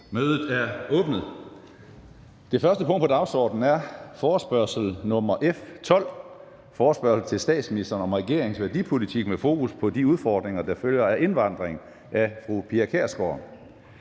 møde Fredag den 5. april 2024 kl. 9.00 Dagsorden 1) Forespørgsel nr. F 12: Forespørgsel til statsministeren om regeringens værdipolitik med fokus på de udfordringer, der følger af indvandringen. Af Pia Kjærsgaard